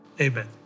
Amen